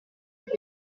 gusa